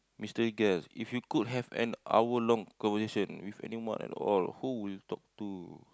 Mister guest if you could have an hour long conversation with anyone at all who would you talk to